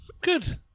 Good